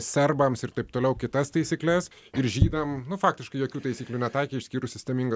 serbams ir taip toliau kitas taisykles ir žydam nu faktiškai jokių taisyklių netaikė išskyrus sistemingą